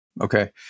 Okay